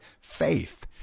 faith